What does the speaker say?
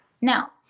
Now